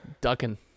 ducking